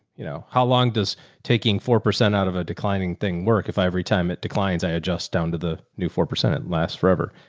you know, how long does taking four percent out of a declining thing work? if i, every time it declines, i adjust down to the new four percent last forever.